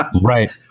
right